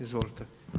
Izvolite.